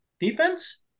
defense